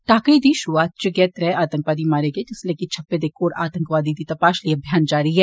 टाकरे दी शुरू आत इच गै त्रै आंतकवादी मारे गए जिसलै कि छप्पे दे इक होर आंतकवादी दी तपाश लेई अभियान जारी ऐ